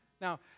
Now